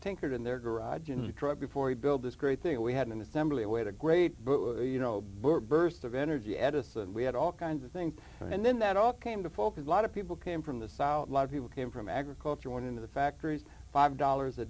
tinkered in their garage in detroit before we build this great thing we had an assembly way the great you know burst of energy at us and we had all kinds of things and then that all came to focus a lot of people came from the south a lot of people came from agriculture went into the factories five dollars a